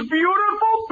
beautiful